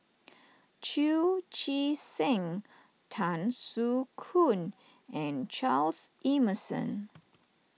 Chu Chee Seng Tan Soo Khoon and Charles Emmerson